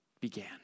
began